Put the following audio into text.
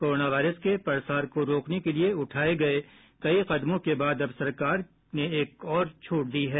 corona virus के प्रसार को रोकने के लिए उठाए गए कई कदमों के बाद अब सरकार ने यह एक और छूट दी है